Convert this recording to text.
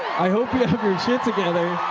i hope you have your shit together.